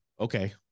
okay